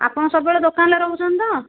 ଆପଣ ସବୁବେଳେ ଦୋକାନରେ ରହୁଛନ୍ତି ତ